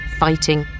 fighting